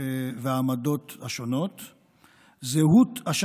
אני מסכים לחלוטין לגבי הצורך והחובה לייצג את המגזרים והעמדות השונות.